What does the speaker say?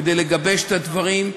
כדי לגבש את הדברים.